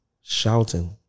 shouting